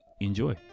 enjoy